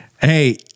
Hey